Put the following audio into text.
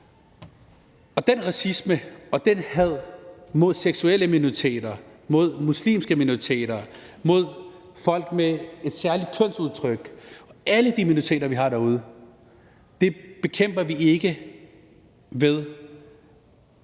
Den racisme og det had mod seksuelle minoriteter, mod muslimske minoriteter, mod folk med et særligt kønsudtryk, mod alle de minoriteter, vi har derude, bekæmper vi ikke ved at tro, at